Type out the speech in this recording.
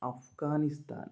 Afghanistan